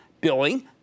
billing